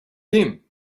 him